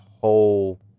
whole